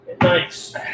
Nice